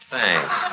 Thanks